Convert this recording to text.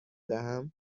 دهم